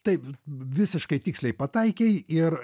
taip visiškai tiksliai pataikei ir